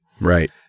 Right